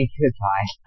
goodbye